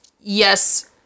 yes